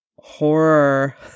horror